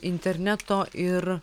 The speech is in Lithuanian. interneto ir